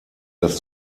das